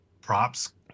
props